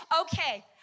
okay